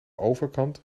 overkant